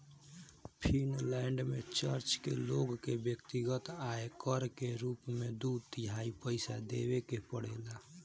Finland में church के लोग के व्यक्तिगत आय कर के रूप में दू तिहाई पइसा देवे के पड़ेला